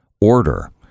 order